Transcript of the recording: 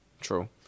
True